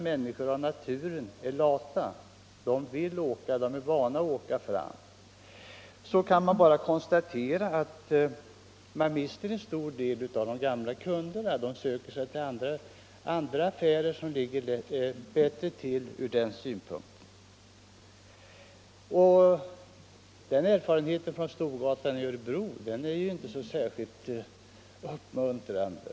Människor är av naturen lata och vana att kunna åka från dörr till dörr, och man har bara att konstatera att man mister en stor del av sin gamla kundkrets. Kunderna söker sig till andra affärer som ligger bättre till ur kommunikationssynpunkt. Erfarenheterna från Storgatan i Örebro är inte särskilt uppmuntrande.